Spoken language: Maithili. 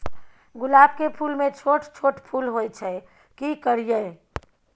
गुलाब के फूल में छोट छोट फूल होय छै की करियै?